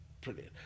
brilliant